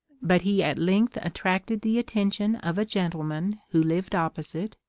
but he at length attracted the attention of a gentleman who lived opposite,